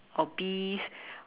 or beef